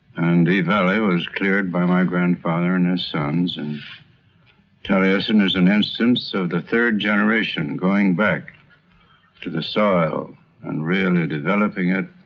and the valley was cleared by my grandfather and his sons and taliesin is an instance of the third generation going back to the soil and really developing it